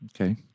Okay